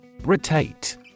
Rotate